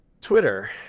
Twitter